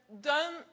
done